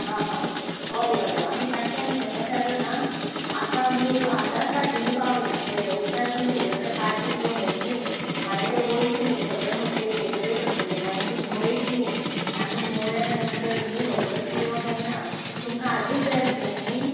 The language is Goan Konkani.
आं हां हां हय हय हय आमी काडटा म्हणल्यार कशें आसा सांग आतां आमी आतांच काजींनी पावल्या हाज्या उपरान आमी सगल्यो आतां काजी जमयतली मागीर तीं वळटली सगळीं म्हुट्टी एकी कडेन करतलीं मागीर ती मळटलीं आनी मळ्ळ्या नंतर न्हय रोकडोच निरो मेळणा तुमकां आयजच जाय आसलो न्हय